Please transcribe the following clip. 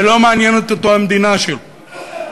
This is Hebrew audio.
ולא מעניינת אותו המדינה שלו.